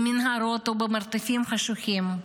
במנהרות או במרתפים חשוכים.